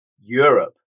Europe